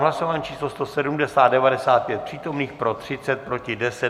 Hlasování číslo 170, 95 přítomných, pro 30, proti 10.